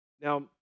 Now